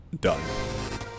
done